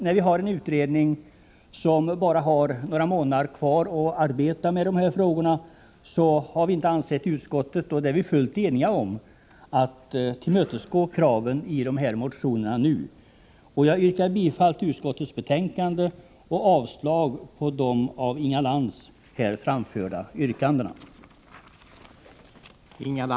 När nu utredningen bara har några månader kvar att arbeta med dessa frågor, har utskottet inte ansett — det är vi fullt eniga om — att man kan tillmötesgå kraven i motionerna. Jag yrkar bifall till utskottets hemställan och avslag på de av Inga Lantz här framförda yrkandena.